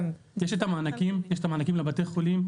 יש את המענקים, יש את המענקים לבתי החולים.